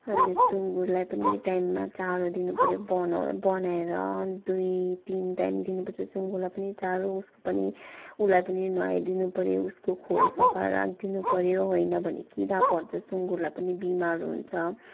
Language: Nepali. अन्त सुँगुरलाई पनि टाइममा चारो दिनुपऱ्यो बना बनाएर दुई तिन टाइम दिनुपर्छ सुँगुरलाई पनि चारो उसको पनि उसलाई पनि नुहाइदिनु पऱ्यो उसको खोर सफा राखिदिनु पऱ्यो होइन भने किरा पर्छ सुँगुरलाई पनि बिमार हुन्छ